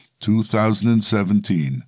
2017